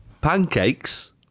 Pancakes